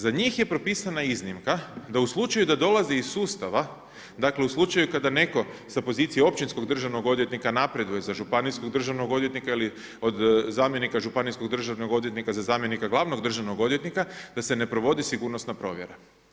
Za njih je propisana iznimka da u slučaju da dolaze iz sustava, dakle, u slučaju kada netko sa pozicije općinskog državnog odvjetnika napreduje za županijskog državnog odvjetnika ili od zamjenika županijskog državnog odvjetnika za zamjenika glavnog državnog odvjetnika da se ne provodi sigurnosna provjera.